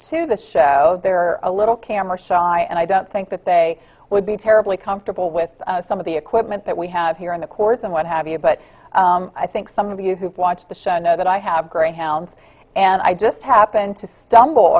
to the show they're a little camera shy and i don't think that they would be terribly comfortable with some of the equipment that we have here in the courts and what have you but i think some of you who've watched the show know that i have greyhounds and i just happen to stumble